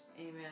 Amen